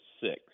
six